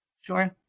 Sure